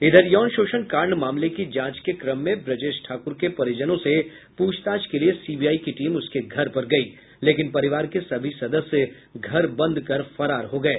इधर यौन शोषण कांड मामले की जांच के क्रम में ब्रजेश ठाकुर के परिजनों से पूछताछ के लिए सीबीआई की टीम उसके घर पर गयी लेकिन परिवार के सभी सदस्य घर बंद कर फरार हो गये